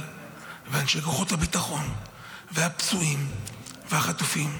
ואנשי כוחות הביטחון והפצועים והחטופים.